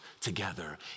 together